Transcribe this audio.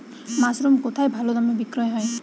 Mushroom কেথায় ভালোদামে বিক্রয় হয়?